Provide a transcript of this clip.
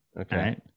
Okay